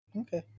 Okay